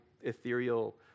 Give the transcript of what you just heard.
ethereal